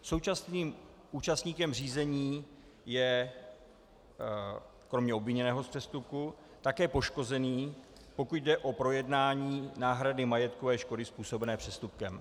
Současným účastníkem řízení je kromě obviněného z přestupku také poškozený, pokud jde o projednání náhrady majetkové škody způsobené přestupkem.